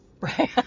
Right